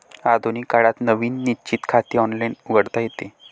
आधुनिक काळात नवीन निश्चित खाते ऑनलाइन उघडता येते